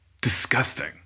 disgusting